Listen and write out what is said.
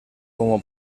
como